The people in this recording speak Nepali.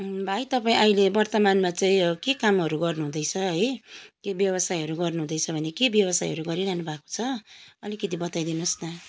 भाइ तपाईँ अहिले वर्तमानमा चाहिँ के कामहरू गर्नुहुँदैछ है केही व्यवसायहरू गर्नुहुँदैछ भने के व्यवसायहरू गरिरहनु भएको छ अलिकति बताइदिनु होस् न